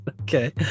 Okay